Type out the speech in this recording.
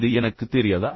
இது எனக்கு தெரியாதா